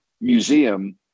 museum